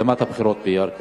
הקדמת הבחירות בירכא,